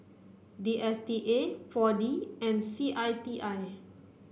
D S T A four D and C I T I